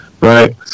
right